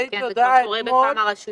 כן, זה כבר קורה בכמה רשויות.